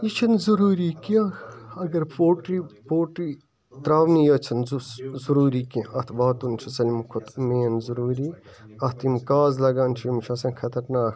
یہِ چھُنہٕ ضروٗری کیٚنٛہہ اَگَر پولٹری پولٹری ترٛاوٕنی یٲژ چھَنہٕ ضروٗری کیٚنٛہہ اَتھ واتُن چھُ سٲلمو کھۄتہٕ مین ضروٗری اَتھ یِم کاز لَگان چھِ یِم چھِ آسان خطرناک